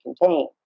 contain